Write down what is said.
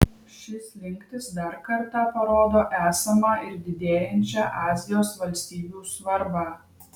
ši slinktis dar kartą parodo esamą ir didėjančią azijos valstybių svarbą